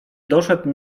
doszedł